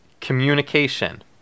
communication